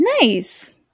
nice